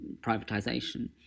privatization